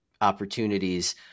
opportunities